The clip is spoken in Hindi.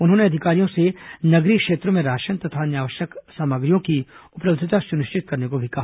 उन्होंने अधिकारियों से नगरीय क्षेत्रों में राशन तथा आवश्यक सामग्रियों की उपलब्यता सुनिश्चित करने को भी कहा